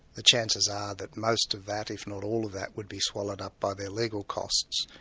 the chances are that most of that, if not all of that, would be swallowed up by their legal costs,